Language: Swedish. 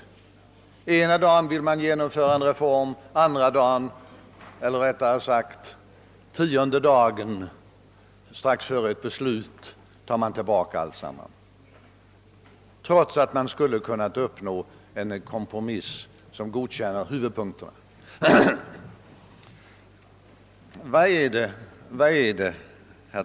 Den ena dagen vill regeringen genomföra en reform, den andra dagen — eller rättare sagt, den tionde dagen, strax innan ett beslut skall fattas — tar den tillbaka alltsammans, trots att man skulle kunna uppnå en kompromiss som godkänner huvudpunkterna.